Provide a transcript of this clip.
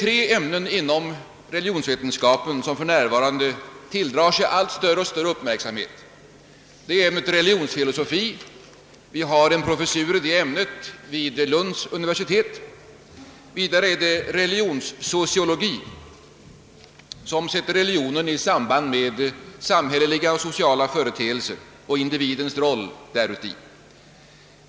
Tre ämnen inom religionsforskningen tilldrar sig för närvarande allt större uppmärksamhet. Det är ämnet religionsfilosofi. Vi har en professur i det ämnet vid Lunds universitet. Vidare är det religionssociologi, som sätter religionen i samband med samhälleliga och sociala företeel ser och individens roll däruti.